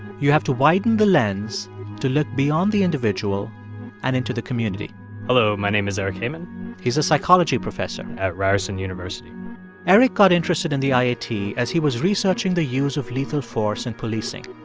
you have to widen the lens to look beyond the individual and into the community hello, my name is eric hehman he's a psychology professor at ryerson university eric got interested in the iat as he was researching the use of lethal force in policing.